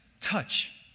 touch